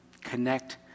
connect